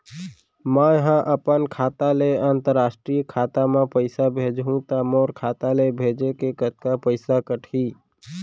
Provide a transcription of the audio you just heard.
मै ह अपन खाता ले, अंतरराष्ट्रीय खाता मा पइसा भेजहु त मोर खाता ले, भेजे के कतका पइसा कटही?